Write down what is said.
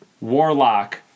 warlock